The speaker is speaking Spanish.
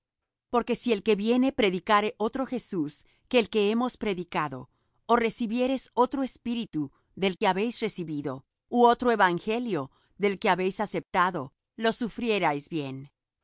porque si el que viene predicare otro jesús que el que hemos predicado ó recibiereis otro espíritu del que habéis recibido ú otro evangelio del que habéis aceptado lo sufrierais bien